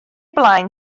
blaen